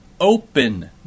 open